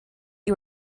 you